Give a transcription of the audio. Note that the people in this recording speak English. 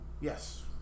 Yes